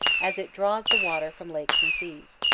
as it draws the water from lakes and seas.